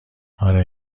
آره